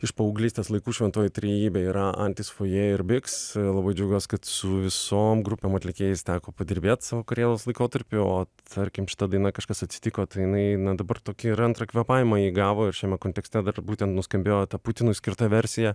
iš paauglystės laikų šventoji trejybė yra antis fojė ir bix labai džiaugiuos kad su visom grupėm atlikėjais teko padirbėti savo karjeros laikotarpiu o tarkim šita daina kažkas atsitiko tai jinai na dabar tokį ir antrą kvėpavimą įgavo ir šiame kontekste dar būtent nuskambėjo ta putinui skirta versija